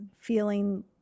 feeling